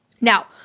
Now